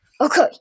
okay